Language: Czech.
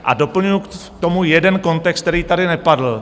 A doplňuji k tomu jeden kontext, který tady nepadl.